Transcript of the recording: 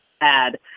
add